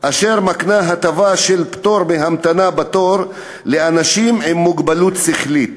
אשר מקנה הטבה של פטור בהמתנה בתור לאנשים עם מוגבלות שכלית.